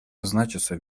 значатся